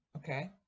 Okay